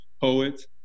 poets